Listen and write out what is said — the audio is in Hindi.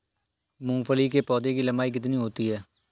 मूंगफली के पौधे की लंबाई कितनी होती है?